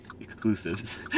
Exclusives